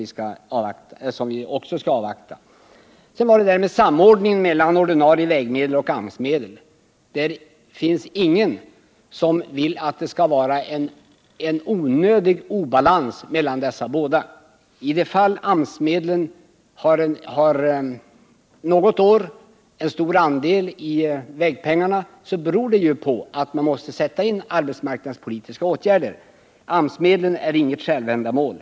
I vad sedan gäller samordningen mellan ordinarie vägmedel och AMS medel finns det ingen som vill att en onödig obalans skall råda mellan dessa båda anslagstyper. De år AMS-medlen utgör en stor andel av vägpengarna beror det på att arbetsmarknadspolitiska åtgärder måste sättas in. AMS medlen är inget självändamål.